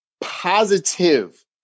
positive